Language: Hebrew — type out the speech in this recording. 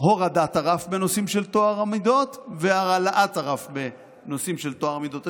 הורדת הרף בנושאים של טוהר המידות והעלאת הרף בנושאים של טוהר המידות.